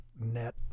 net